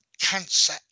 Cancer